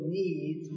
need